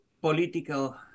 political